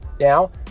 Now